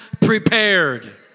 prepared